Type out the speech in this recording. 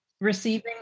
receiving